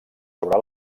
sobre